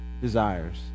desires